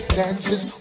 dances